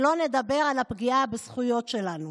שלא נדבר על הפגיעה בזכויות שלנו.